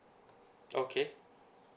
okay